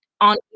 on